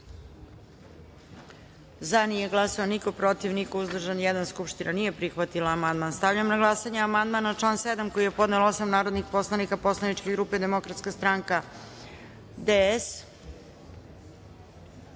glasanje: za – niko, protiv – niko, uzdržan – jedan. Skupština nije prihvatila amandman. Stavljam na glasanje amandman na član 7. koji je podnelo osam narodnih poslanika poslaničke grupe Demokratska stranka -